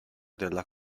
della